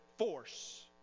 Force